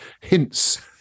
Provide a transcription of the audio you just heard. hints